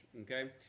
okay